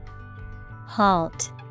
Halt